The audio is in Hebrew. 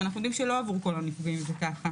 ואנחנו יודעים שלא כל עבור הנפגעים זה ככה.